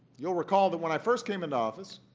you'll recall that when i first came into office,